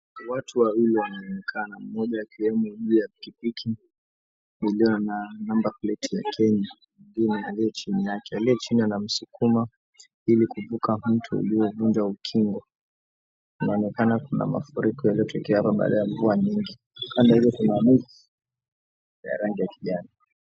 Watu wawili wanaonekana mmoja akiwemo juu ya pikipiki iliyo na namba pleti ya Kenya mwingine aliye chini yake, aliye chini yake anamsukuma ili kuvuka mto uliovunja ukingo kunaonekana kuna mafuriko yaliyotokea baada ya mvua nyingi kando yake kuna ya rangi ya kijani.